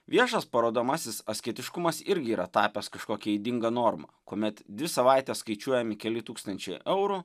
viešas parodomasis asketiškumas irgi yra tapęs kažkokia ydinga norma kuomet dvi savaites skaičiuojami keli tūkstančiai eurų